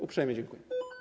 Uprzejmie dziękuję.